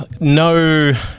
No